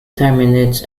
terminates